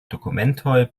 dokumentoj